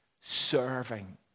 serving